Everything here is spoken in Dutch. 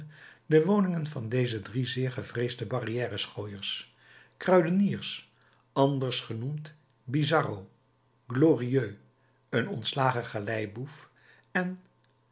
de woningen van deze drie zeer gevreesde barrièreschooiers kruideniers anders genoemd bizarro glorieux een ontslagen galeiboef en